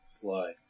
fly